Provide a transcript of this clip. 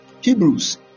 Hebrews